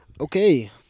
Okay